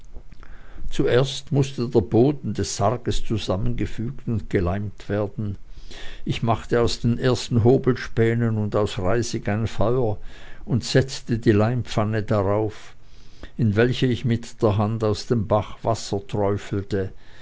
zuerst mußte der boden des sarges zusammengefügt und geleimt werden ich machte aus den ersten hobelspänen und aus reisig ein feuer und setzte die leimpfanne darauf in welche ich mit der hand aus dem bache